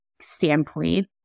standpoint